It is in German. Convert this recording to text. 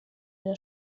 der